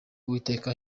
uwiteka